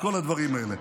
כל הדברים האלה.